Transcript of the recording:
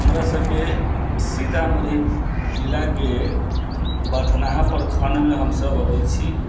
हमरा सभके सीतामढ़ी जिलाके बथनाहा प्रखण्डमे हम सभ अबै छी